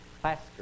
plaster